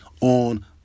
on